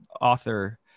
author